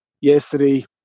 yesterday